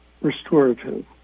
restorative